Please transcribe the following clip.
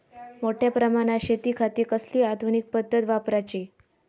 मोठ्या प्रमानात शेतिखाती कसली आधूनिक पद्धत वापराची?